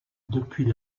depuis